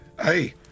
Hey